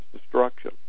destruction